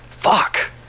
fuck